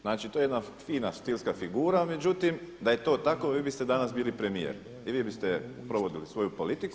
Znači to je jedna fina stilska figura međutim da je to tako vi biste danas bili premijer i vi biste provodili svoju politiku.